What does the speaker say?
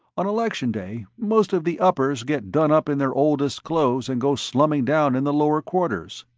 on election day, most of the uppers get done up in their oldest clothes and go slumming down in the lower quarters.